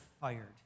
fired